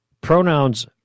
Pronouns